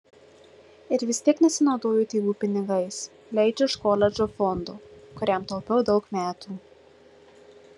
ir vis tiek nesinaudoju tėvų pinigais leidžiu iš koledžo fondo kuriam taupiau daug metų